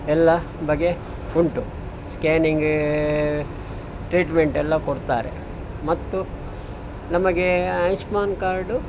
ಎಲ್ಲ ಬಗೆ ಉಂಟು ಸ್ಕ್ಯಾನಿಂಗ್ ಟ್ರೀಟ್ಮೆಂಟ್ ಎಲ್ಲ ಕೊಡ್ತಾರೆ ಮತ್ತು ನಮಗೆ ಆಯುಷ್ಮಾನ್ ಕಾರ್ಡು